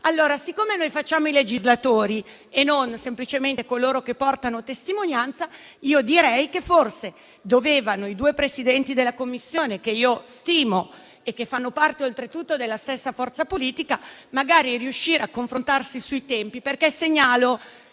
Siccome noi facciamo i legislatori e non semplicemente coloro che portano testimonianza, direi allora che forse i due Presidenti della Commissione - che stimo e che fanno parte oltretutto della stessa forza politica - dovevano magari riuscire a confrontarsi sui tempi. Segnalo